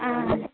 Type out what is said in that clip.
ಹಾಂ